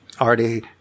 already